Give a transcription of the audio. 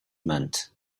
meant